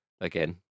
again